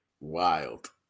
Wild